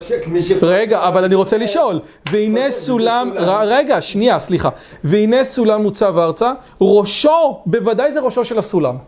רגע, אבל אני רוצה לשאול, והנה סולם, רגע, שנייה סליחה, והנה סולם מוצב ארצה, ראשו, בוודאי זה ראשו של הסולם.